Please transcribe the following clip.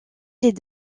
les